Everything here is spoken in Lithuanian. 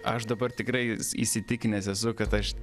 aš dabar tikrai įsitikinęs esu kad aš